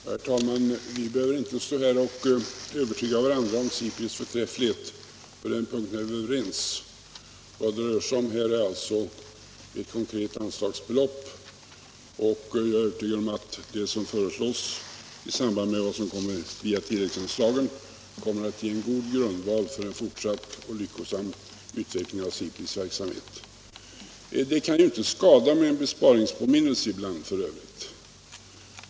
Herr talman! Vi behöver inte försöka övertyga varandra om SIPRI:s förträfflighet — på den punkten är vi överens. Vad det rör sig om är ett konkret anslagsbelopp. Jag är övertygad om att vad som föreslås tillsammans med vad som kommer via tilläggsanslagen kommer att ge en god grundval för en fortsatt lyckosam utveckling av SIPRI:s verksamhet. Det kan f. ö. inte skada med en besparingspåminnelse ibland.